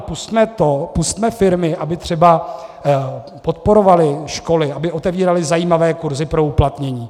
Pusťme to, pusťme firmy, aby třeba podporovaly školy, aby otevíraly zajímavé kurzy pro uplatnění.